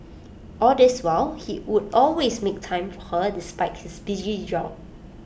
all this while he would always make time for her despite his busy job